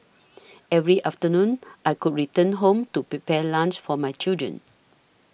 every afternoon I could return home to prepare lunch for my children